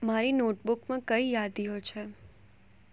મારી નોટબુકમાં કઈ યાદીઓ છે